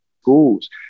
schools